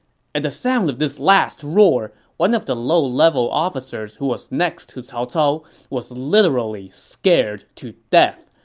at the sound of this last roar, one of the low-level officers who was next to cao cao was literally scared to death,